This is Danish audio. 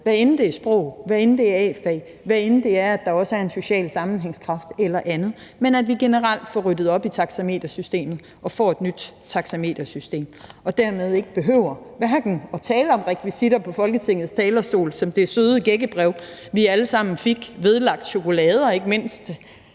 hvad end det er sprog, hvad end det er A-fag, hvad end det er, at der også er en social sammenhængskraft eller andet, altså så vi generelt får ryddet op i taxametersystemet og får et nyt taxametersystem og dermed ikke behøver at tale om rekvisitter på Folketingets talerstol som det søde gækkebrev, vi alle sammen fik op til påske, vedlagt chokolader ikke mindst